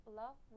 love